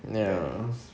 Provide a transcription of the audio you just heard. ya